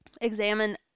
examine